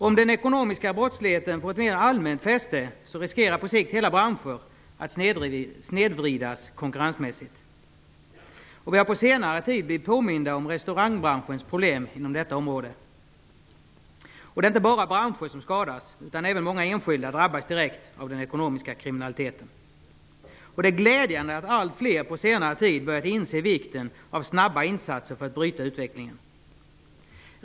Om den ekonomiska brottsligheten får ett mer allmänt fäste riskerar på sikt hela branscher att snedvridas konkurrensmässigt. Vi har på senare tid blivit påminda om restaurangbranschens problem inom detta område. Det är inte bara branscher som skadas. Även många enskilda drabbas direkt av den ekonomiska kriminaliteten. Det är glädjande att allt flera på senare tid börjat inse vikten av snabba insatser för att bryta utvecklingen.